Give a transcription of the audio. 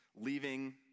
leaving